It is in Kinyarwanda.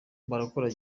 barakora